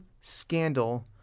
scandal